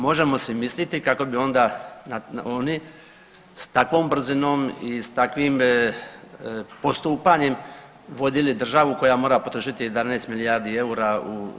Možemo si misliti kako bi onda oni sa takvom brzinom i sa takvim postupanjem vodili državu koja mora potrošiti 11 milijardi eura u 7 godina.